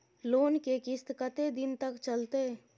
Loan के किस्त कत्ते दिन तक चलते?